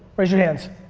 raise your hands.